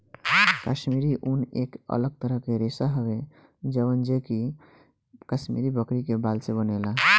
काश्मीरी ऊन एक अलग तरह के रेशा हवे जवन जे कि काश्मीरी बकरी के बाल से बनेला